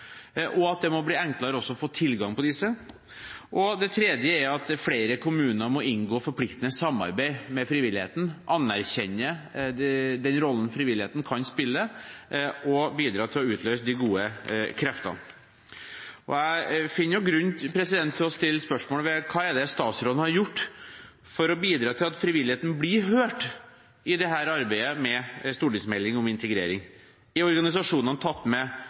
og at det også må bli enklere å få tilgang på disse. Det tredje er at flere kommuner må inngå forpliktende samarbeid med frivilligheten, anerkjenne den rollen frivilligheten kan spille, og bidra til å utløse de gode kreftene. Jeg finner også grunn til å stille spørsmålet: Hva er det statsråden har gjort for å bidra til at frivilligheten blir hørt i arbeidet med en stortingsmelding om integrering? Er organisasjonene tatt med